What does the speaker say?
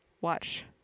watch